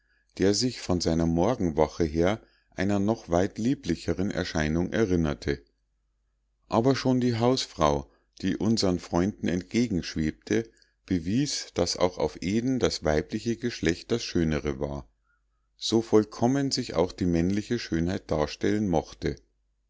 der sich von seiner morgenwache her einer noch weit lieblicheren erscheinung erinnerte aber schon die hausfrau die unsern freunden entgegenschwebte bewies daß auch auf eden das weibliche geschlecht das schönere war so vollkommen sich auch die männliche schönheit darstellen mochte